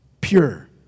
Pure